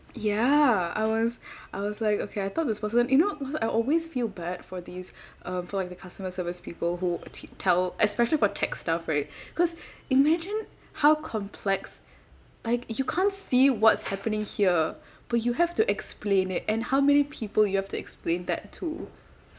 ya I was I was like okay I talk this person you know because I always feel bad for these um for like the customer service people who t~ tell especially for tech stuff right because imagine how complex like you can't see what's happening here but you have to explain it and how many people you have to explain that to